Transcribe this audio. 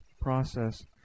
process